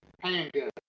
handgun